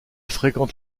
fréquente